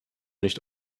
nicht